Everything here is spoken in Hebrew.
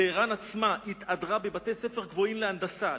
טהרן התהדרה בבתי-ספר גבוהים להנדסה,